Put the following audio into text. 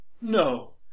No